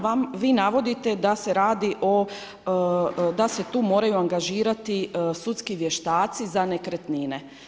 Vi navodite da se radi da se tu moraju angažirati sudski vještaci za nekretnine.